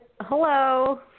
Hello